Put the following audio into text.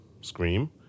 Scream